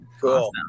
Cool